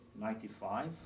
ninety-five